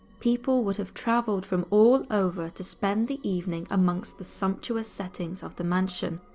people would have travelled from all over to spend the evening amongst the sumptuous settings of the mansion.